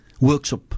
workshop